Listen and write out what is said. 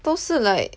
都是 like